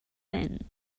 thin